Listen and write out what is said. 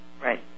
Right